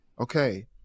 okay